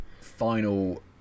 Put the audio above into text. final